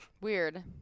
Weird